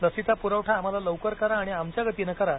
लसीचा पुरवठा आम्हाला लवकर करा आणि आमच्या गतीनं करा